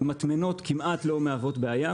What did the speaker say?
מטמנות כמעט לא מהוות בעיה.